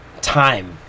time